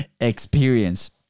experience